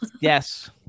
Yes